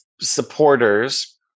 supporters